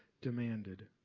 demanded